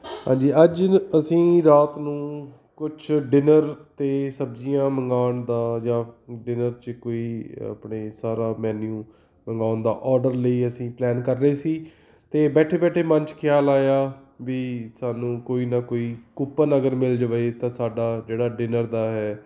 ਹਾਂਜੀ ਅੱਜ ਅਸੀਂ ਰਾਤ ਨੂੰ ਕੁਛ ਡਿਨਰ 'ਤੇ ਸਬਜ਼ੀਆਂ ਮੰਗਵਾਉਣ ਦਾ ਜਾਂ ਡਿਨਰ 'ਚ ਕੋਈ ਆਪਣੇ ਸਾਰਾ ਮੈਨਿਊ ਮੰਗਵਾਉਣ ਦਾ ਔਡਰ ਲਈ ਅਸੀਂ ਪਲੈਨ ਕਰ ਰਹੇ ਸੀ ਅਤੇ ਬੈਠੇ ਬੈਠੇ ਮਨ 'ਚ ਖਿਆਲ ਆਇਆ ਵੀ ਸਾਨੂੰ ਕੋਈ ਨਾ ਕੋਈ ਕੂਪਨ ਅਗਰ ਮਿਲ ਜਾਵੇ ਤਾਂ ਸਾਡਾ ਜਿਹੜਾ ਡਿਨਰ ਦਾ ਹੈ